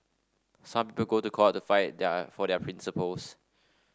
some to court the fight their for their principles